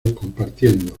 compartiendo